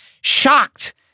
shocked